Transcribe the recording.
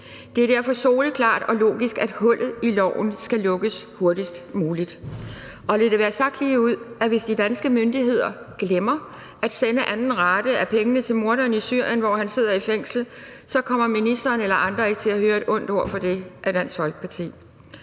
Det er derfor soleklart og logisk, at hullet i loven skal lukkes hurtigst muligt. Og lad det være sagt ligeud, at hvis de danske myndigheder glemmer at sende anden rate af pengene til morderen i Syrien, hvor han sidder i fængsel, kommer ministeren eller andre ikke til at høre et ondt ord om det fra Dansk Folkeparti.